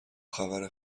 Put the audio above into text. خبر